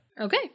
Okay